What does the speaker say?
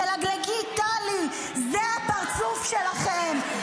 תלגלגי, טלי, זה הפרצוף שלכם.